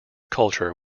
culture